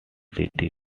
city